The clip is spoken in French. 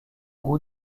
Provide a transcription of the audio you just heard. goût